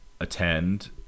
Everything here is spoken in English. attend